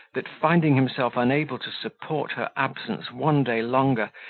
that finding himself unable to support her absence one day longer,